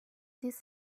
this